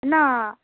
না